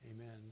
Amen